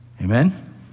Amen